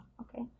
okay